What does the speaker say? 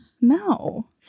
No